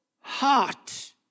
heart